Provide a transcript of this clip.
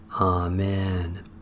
Amen